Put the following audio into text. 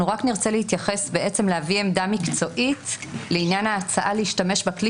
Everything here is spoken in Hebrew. אנחנו רק נרצה להביא עמדה מקצועית לעניין ההצעה להשתמש בכלי